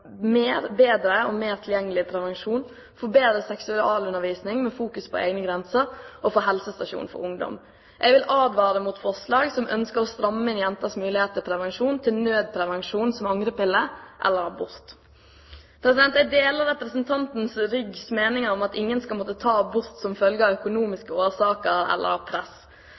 bedre og mer tilgjengelig prevensjon, for bedre seksualundervisning med fokus på egne grenser og for helsestasjon for ungdom. Jeg vil advare mot forslag som ønsker å stramme inn jenters mulighet til prevensjon, til nødprevensjon, som angrepille, eller til abort. Jeg deler representanten Ryggs meninger om at ingen skal måtte ta abort av økonomiske årsaker eller som følge av press.